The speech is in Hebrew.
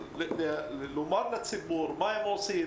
לומר לציבור מה הם עושים,